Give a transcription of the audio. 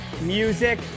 music